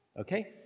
Okay